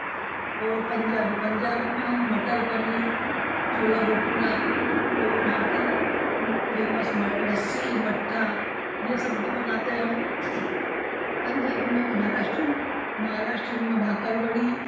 और पंजाबी पंजाबी में हम मटर पनीर छोटा भटूरा वह वहाँ की फेमस लस्सी मट्ठा यह सब भी बनाते हैं हम पंजाबी में महाराष्ट्रियन महाराष्ट्रियन में भाकड़ बड़ी